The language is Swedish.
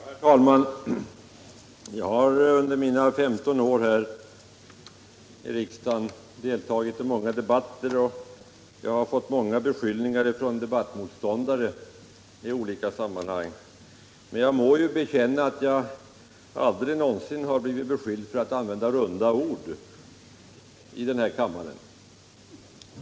Herr talman! Jag har under mina 15 år i riksdagen deltagit i många debatter, och jag har i olika sammanhang fått många beskyllningar från mina debattmotståndare. Men jag må bekänna att jag aldrig någonsin har blivit beskylld för att använda runda ord i kammaren.